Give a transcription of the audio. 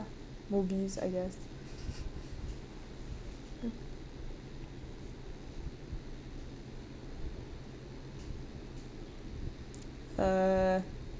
movies I guess uh